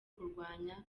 kurwanya